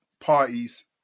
parties